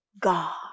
God